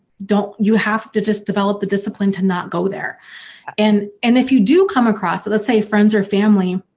don't. you have to just develop the discipline to not go there and and if you do come across. let's say friends or family